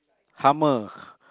hummer